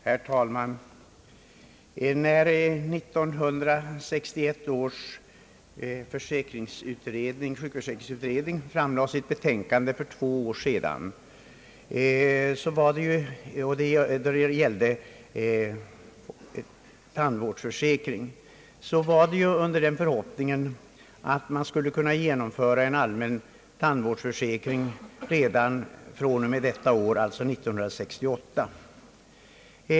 Herr talman! När 1961 års sjukförsäkringsutredning för två år sedan framlade sitt betänkande angående tandvårdsförsäkring var det under den förhoppningen att man skulle kunna genomföra en allmän tandvårdsförsäkring redan från och med innevarande år, alltså 1968.